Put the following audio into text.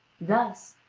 thus,